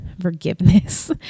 forgiveness